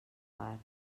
part